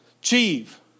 Achieve